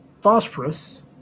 phosphorus